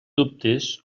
dubtes